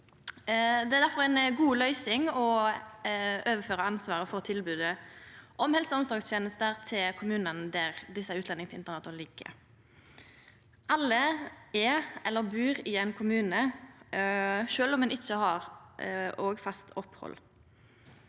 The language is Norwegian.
Det er difor ei god løysing å overføra ansvaret for tilbodet om helse- og omsorgstenester til kommunane der desse utlendingsinternata ligg. Alle er eller bur i ein kommune, sjølv om ein ikkje har fast opphald.